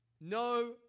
No